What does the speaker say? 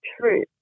true